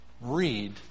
read